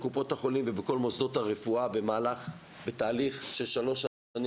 בקופות החולים ובכל מוסדות הרפואה בתהליך של שלוש שנים,